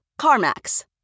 CarMax